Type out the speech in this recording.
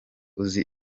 uzi